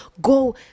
go